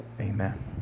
Amen